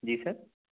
جی سر